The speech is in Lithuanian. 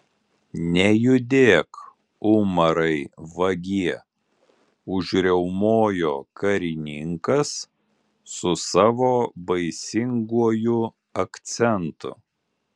nejudėk umarai vagie užriaumojo karininkas su savo baisinguoju akcentu